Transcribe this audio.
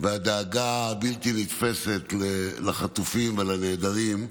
והדאגה הבלתי-נתפסת לחטופים ולנעדרים,